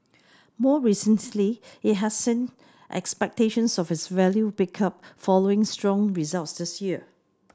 more recently it has seen expectations of its value pick up following strong results this year